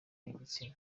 y’igitsina